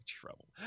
trouble